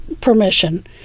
permission